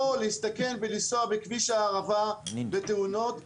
או לנסוע בכביש הערבה ולהסתכן בתאונות,